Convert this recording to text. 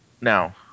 now